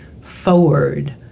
forward